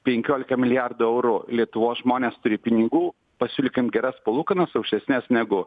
penkiolika milijardų eurų lietuvos žmonės turi pinigų pasiūlykim geras palūkanas aukštesnes negu